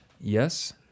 Yes